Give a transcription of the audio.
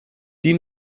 die